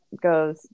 goes